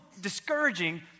discouraging